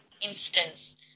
instance